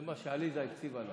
זה מה שעליזה הקציבה לכם.